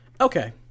Okay